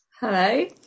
Hello